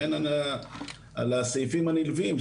והן על הסעיפים הנלווים,